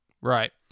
Right